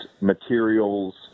materials